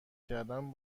کردن